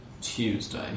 Tuesday